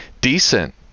decent